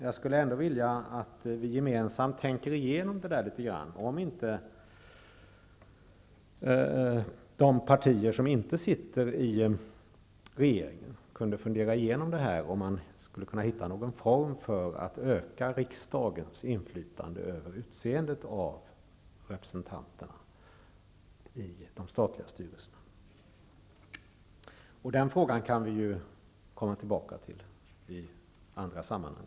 Jag skulle ändå vilja att vi gemensamt tänker igenom detta, de partier som inte sitter i regeringen. Jag vill att vi funderar på om man skulle kunna hitta någon form för att öka riksdagens inflytande över utseendet av representanterna i de statliga styrelserna. Den frågan kan vi komma tillbaka till i andra sammanhang.